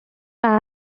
man